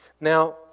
Now